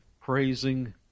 praising